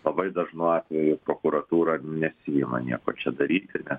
labai dažnu atveju prokuratūra nesiima nieko čia daryti nes